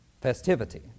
festivity